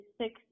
six